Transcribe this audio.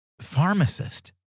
pharmacist